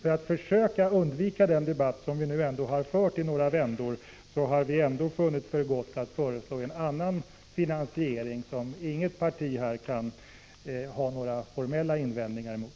För att försöka undvika den debatt som vi nu ändå har fört i några vändor har vi, som jag har sagt flera gånger tidigare, funnit för gott att föreslå en annan finansiering, som inget parti kan ha några formella invändningar mot.